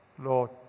Lord